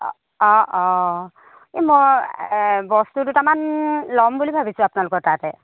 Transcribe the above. অ অ এই মই বস্তু দুটামান ল'ম বুলি ভাবিছোঁ আপোনালোকৰ তাতে